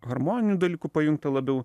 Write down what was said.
harmoninių dalykų pajungta labiau